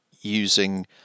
using